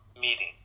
meeting